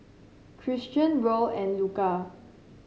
Christion Roll and Luka